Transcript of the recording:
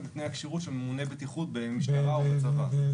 לתנאי הכשירות של ממוני בטיחות במשטרה או בצבא.